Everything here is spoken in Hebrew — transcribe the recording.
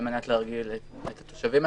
על מנת להרגיל את התושבים,